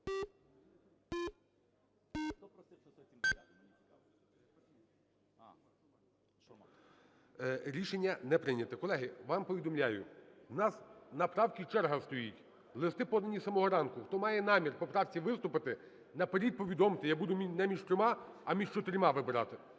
Рішення не прийнято. Колеги, вам повідомляю, у нас на правки черга стоїть, листи подані з самого ранку. Хто має намір по правці виступити, наперед повідомте, я буду не між трьома, а між чотирма вибирати.